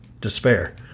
despair